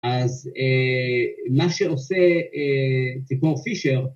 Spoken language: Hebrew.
אז מה שעושה ציפור פישר